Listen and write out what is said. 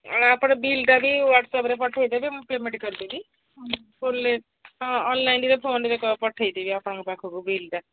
ଆଉ ଆପଣ ବିଲ୍ଟା ବି ହ୍ୱାଟ୍ସପ୍ରେ ପଠେଇଦେବେ ମୁଁ ପେମେଣ୍ଟ କରିଦେବି ଫୋନ୍ରେ ହଁ ଅନଲାଇନ୍ରେ ଫୋନ୍ରେ ପଠେଇଦେବି ଆପଣଙ୍କ ପାଖକୁ ବିଲ୍ଟା